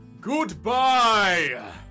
Goodbye